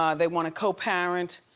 um they wanna co-parent,